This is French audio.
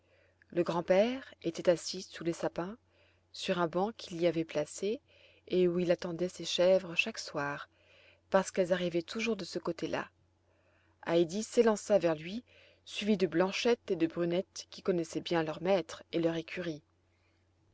le grand-père était assis sous les sapins sur un banc qu'il y avait placé et où il attendait ses chèvres chaque soir parce qu'elles arrivaient toujours de ce côté-là heidi s'élança vers lui suivie de blanchette et de brunette qui connaissaient bien leur maître et leur écurie